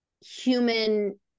human